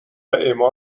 اما